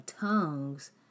tongues